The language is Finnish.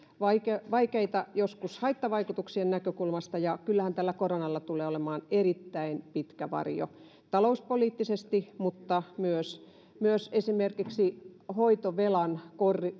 vaikeita vaikeita joskus haittavaikutuksien näkökulmasta ja kyllähän tällä koronalla tulee olemaan erittäin pitkä varjo talouspoliittisesti mutta myös myös esimerkiksi hoitovelan